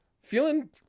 feeling